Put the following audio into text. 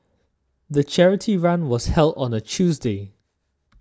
the charity run was held on a Tuesday